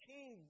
King